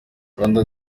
rwanda